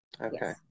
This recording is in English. Okay